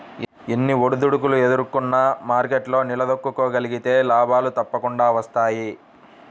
ఎన్ని ఒడిదుడుకులు ఎదుర్కొన్నా మార్కెట్లో నిలదొక్కుకోగలిగితే లాభాలు తప్పకుండా వస్తాయి